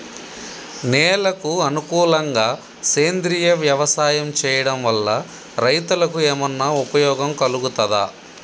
నేలకు అనుకూలంగా సేంద్రీయ వ్యవసాయం చేయడం వల్ల రైతులకు ఏమన్నా ఉపయోగం కలుగుతదా?